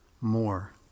more